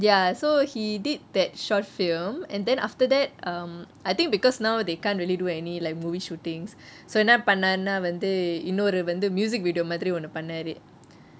then ya so he did that short film and then after that um I think because now they can't really do any like movie shootings so என்ன பண்ணாரு னா வந்து இன்னோரு வந்து:enna pannaru na vanthu innoru vanthu music video மாறி ஒன்னு பண்ணாரு:maari onnu pannaru